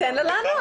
תן לה לענות.